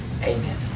Amen